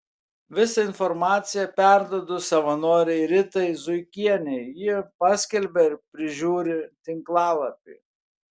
visą informaciją perduodu savanorei ritai zuikienei ji paskelbia ir prižiūri tinklalapį